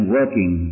working